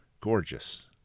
Gorgeous